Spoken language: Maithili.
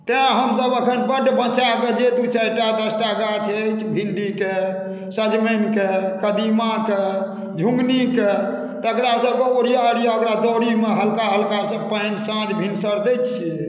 तैँ हमसभ एखन बड्ड बचाए कऽ जे दू चारि टा दस टा गाछ अछि भिण्डीके सजमनिके कदीमाके झुङ्गनीके तकरासभके ओरिया ओरिया ओकरा दौरीमे हल्का हल्कासँ पानि साँझ भिनसर दैत छियै